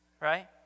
right